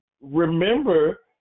Remember